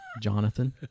jonathan